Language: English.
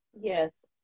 Yes